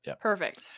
Perfect